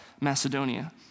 Macedonia